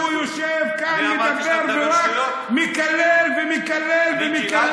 הוא יושב כאן, מדבר ורק מקלל ומקלל